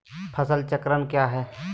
फसल चक्रण क्या है?